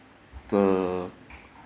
the